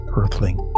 earthling